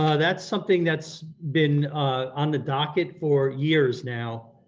ah that's something that's been on the docket for years now.